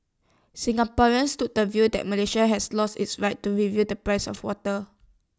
Singaporeans took the view that Malaysia has lost its right to review the price of water